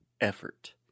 effort